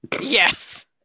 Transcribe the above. yes